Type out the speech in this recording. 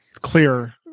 clear